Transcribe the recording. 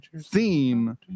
theme